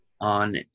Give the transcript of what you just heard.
On